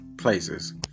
places